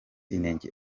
inenge